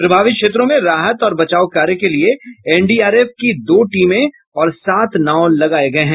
प्रभावित क्षेत्रों में राहत और बचाव कार्य के लिये एनडीआरएफ दो टीम और सात नाव लगाये गये है